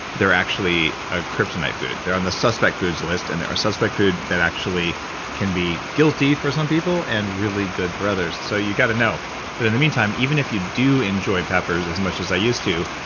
they're actually a kryptonite food. they're on the suspect foods list, and they're a suspect food that actually can be guilty for some people and really good for others, so you got to know but in the meantime, even if you do enjoy peppers as much as i used to,